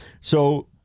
So-